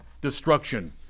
destruction